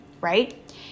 right